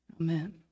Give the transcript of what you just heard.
Amen